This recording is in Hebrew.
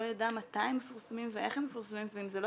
יידע מתי הם מפורסמים ואיך הם מפורסמים ואם זה לא